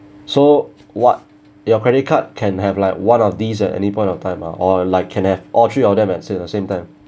so what your credit card can have like one of these at any point of time ah or like can have all three of them at same at the same time